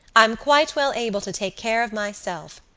i'm quite well able to take care of myself.